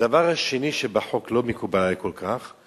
הדבר השני שבחוק לא מקובל עלי כל כך: